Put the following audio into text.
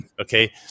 Okay